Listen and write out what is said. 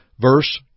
verse